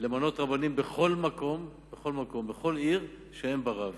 ולמנות רבנים בכל מקום ובכל עיר שאין בה רב.